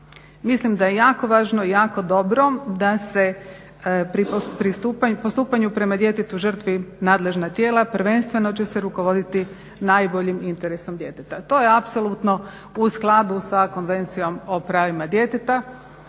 mislim da je jako važno i jako dobro da se pri postupanju prema djetetu žrtvi nadležna tijela prvenstveno će se rukovoditi najboljim interesom djeteta. To je apsolutno u skladu sa Konvencijom o pravima djeteta.